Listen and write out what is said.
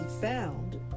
found